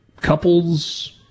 couples